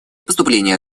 поступления